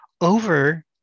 over